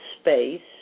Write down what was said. space